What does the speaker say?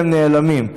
והם נעלמים.